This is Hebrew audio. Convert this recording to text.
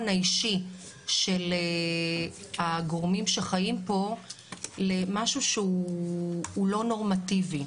האישי של הגורמים שחיים פה למשהו שהוא לא נורמטיבי.